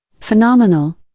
Phenomenal